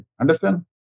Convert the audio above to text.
Understand